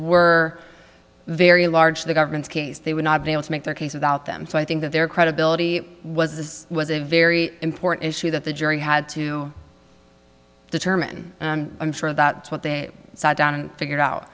were very large the government's case they would not be able to make their case without them so i think that their credibility was this was a very important issue that the jury had to determine i'm sure that what they sat down and figured out